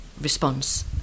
response